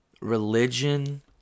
Religion